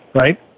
right